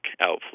outflow